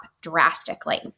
drastically